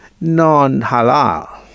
non-halal